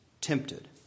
tempted